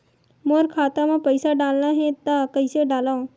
मोर खाता म पईसा डालना हे त कइसे डालव?